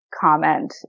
comment